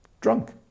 drunk